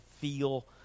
feel